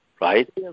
right